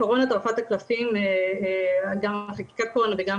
הקורונה טרפה את הקלפים גם חקיקת קורונה וגם